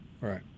right